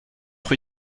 rue